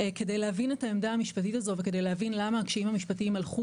כדי להבין את העמדה המשפטית הזו וכדי להבין למה הקשיים המשפטיים הלכו